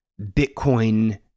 Bitcoin